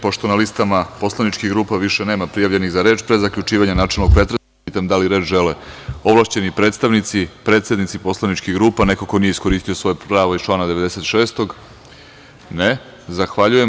Pošto na listama poslaničkih grupa više nema prijavljenih za reč, pre zaključivanja načelnog pretresa, pitam da li reč žele ovlašćeni predstavnici, predsednici poslaničkih grupa, neko ko nije iskoristio svoje pravo iz člana 96? (Ne) Zahvaljujem.